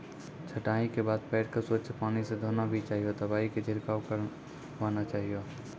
छंटाई के बाद पेड़ क स्वच्छ पानी स धोना भी चाहियो, दवाई के छिड़काव करवाना चाहियो